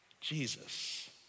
Jesus